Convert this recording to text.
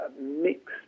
mixed